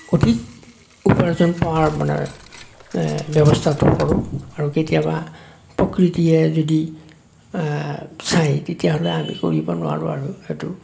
অধিক উপাৰ্জন পোৱাৰ মানে ব্যৱস্থাটো কৰোঁ আৰু কেতিয়াবা প্ৰকৃতিয়ে যদি চাই তেতিয়া হ'লে আমি কৰিব নোৱাৰোঁ আৰু সেইটো